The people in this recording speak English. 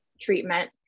treatment